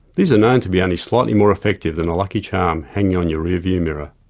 these are known to be only slightly more effective than a lucky charm hanging on your rear view mirror.